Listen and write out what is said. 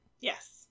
yes